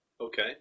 Okay